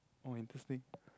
oh interesting